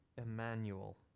Emmanuel